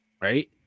right